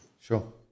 Sure